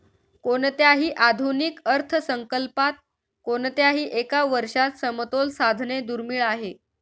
कोणत्याही आधुनिक अर्थसंकल्पात कोणत्याही एका वर्षात समतोल साधणे दुर्मिळ आहे